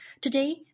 Today